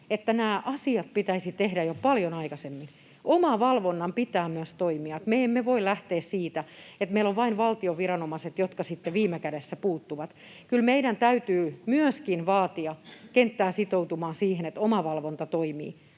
että nämä asiat pitäisi tehdä jo paljon aikaisemmin. Myös omavalvonnan pitää toimia. Me emme voi lähteä siitä, että meillä on vain valtion viranomaiset, jotka sitten viime kädessä puuttuvat. Kyllä meidän täytyy myöskin vaatia kenttää sitoutumaan siihen, että omavalvonta toimii.